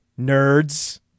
nerds